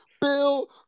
Bill